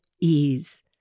ease